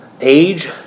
age